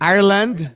Ireland